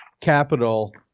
capital